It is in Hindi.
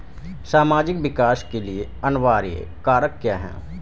सामाजिक विकास के लिए अनिवार्य कारक क्या है?